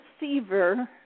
receiver